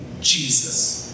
Jesus